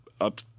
up